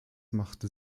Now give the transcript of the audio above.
machte